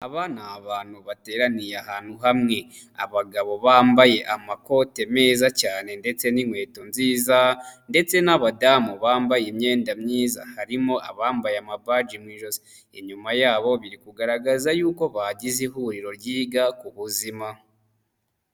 Aba n'abantu bateraniye ahantu hamwe, abagabo bambaye amakote meza cyane ndetse n'inkweto nziza ndetse n'abadamu bambaye imyenda myiza harimo abambaye amabaji mu ijosi, inyuma yabo biri kugaragaza y'uko bagize ihuriro ryiga ku buzima.